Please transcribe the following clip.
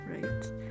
right